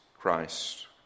Christ